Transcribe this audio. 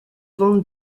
van